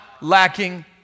lacking